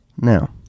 Now